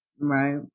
Right